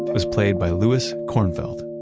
was played by louis kornfeld.